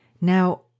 Now